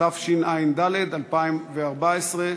התשע"ד 2014,